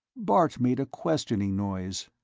bart made a questioning noise.